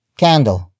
candle